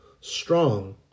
strong